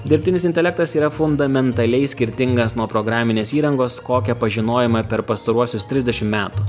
dirbtinis intelektas yra fundamentaliai skirtingas nuo programinės įrangos kokią pažinojome per pastaruosius trisdešimt metų